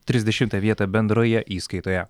trisdešimtą vietą bendroje įskaitoje